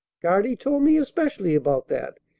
guardy told me especially about that.